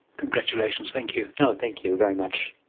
congratulations, thank you. know thank you very much.